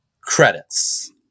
Credits